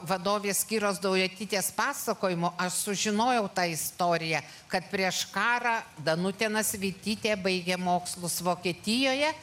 vadovės giros daujotytės pasakojimo aš sužinojau tą istoriją kad prieš karą danutė nasvytytė baigė mokslus vokietijoje